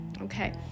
okay